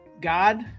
God